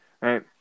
Right